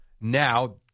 Now